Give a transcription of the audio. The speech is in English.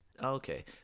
okay